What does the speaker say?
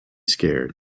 scared